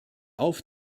auf